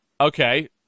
Okay